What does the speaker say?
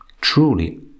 Truly